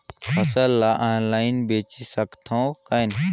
फसल ला ऑनलाइन बेचे सकथव कौन?